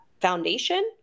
foundation